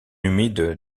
humide